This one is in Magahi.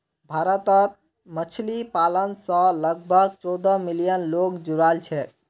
भारतत मछली पालन स लगभग चौदह मिलियन लोग जुड़ाल छेक